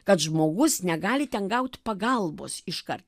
kad žmogus negali ten gauti pagalbos iškart